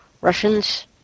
Russians